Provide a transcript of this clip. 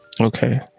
Okay